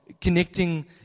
connecting